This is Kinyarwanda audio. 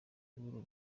b’uru